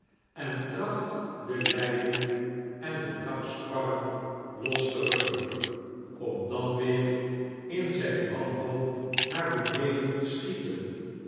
en tracht de leien en de daksparren los te rukken om dan weer in zijn wanhoop naar beneden te schieten